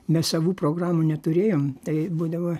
mes savų programų neturėjom tai būdavo